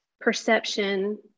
perception